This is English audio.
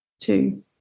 two